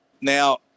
Now